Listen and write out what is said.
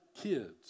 Kids